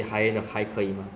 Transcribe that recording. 你有参加吗